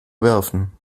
werfen